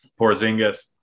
Porzingis